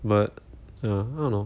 but uh I don't know